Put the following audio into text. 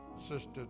Sister